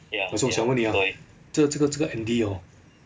老兄想问你啊这这个这个 andy orh